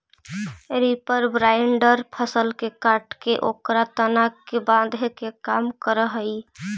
reaper binder फसल के काटके ओकर तना के बाँधे के काम करऽ हई